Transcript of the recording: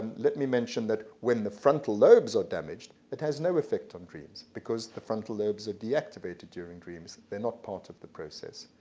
let me mention that when the frontal lobes are damaged it has no effect on dreams, because the frontal lobes are deactivated during dreams they're not part of the process.